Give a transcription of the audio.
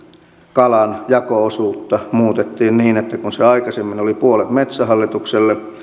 kalan jako osuutta muutettiin niin että kun se aikaisemmin oli puolet metsähallitukselle